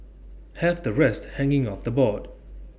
have the rest hanging off the board